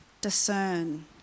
discern